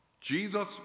Jesus